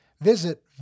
visit